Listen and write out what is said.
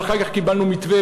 ואחר כך קיבלנו מתווה,